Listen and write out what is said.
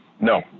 No